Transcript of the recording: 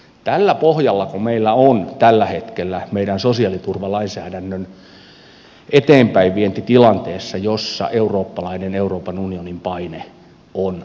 tällä pohjallako meillä on tällä hetkellä meidän sosiaaliturvalainsäädännön eteenpäinvienti tilanteessa jossa eurooppalainen euroopan unionin paine on aika iso